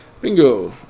Bingo